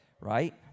Right